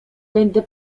będę